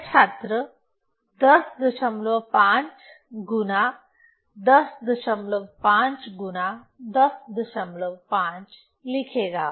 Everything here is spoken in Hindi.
यह छात्र 105 गुणा 105 गुणा 105 लिखेगा